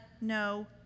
no